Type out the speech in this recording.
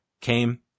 came